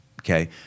Okay